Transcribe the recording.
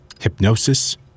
Hypnosis